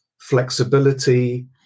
flexibility